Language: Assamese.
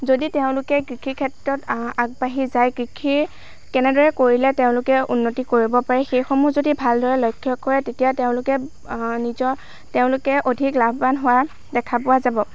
যদি তেওঁলোকে কৃষি ক্ষেত্ৰত আগবাঢ়ি যায় কৃষি কেনেদৰে কৰিলে তেওঁলোকে উন্নতি কৰিব পাৰে সেইসমূহ যদি ভালদৰে লক্ষ্য কৰে তেতিয়া তেওঁলোকে নিজৰ তেওঁলোকে অধিক লাভৱান হোৱা দেখা পোৱা যাব